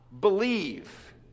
believe